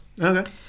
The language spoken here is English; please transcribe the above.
Okay